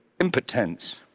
impotence